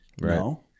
No